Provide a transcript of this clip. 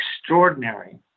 extraordinary